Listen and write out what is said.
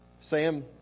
Sam